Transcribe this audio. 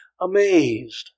Amazed